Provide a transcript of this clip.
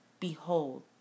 Behold